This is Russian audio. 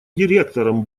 директором